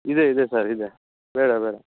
ಇದೆ ಇದೆ ಸರ್ ಇದೆ ಬೇಡ ಬೇಡ